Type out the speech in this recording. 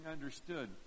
understood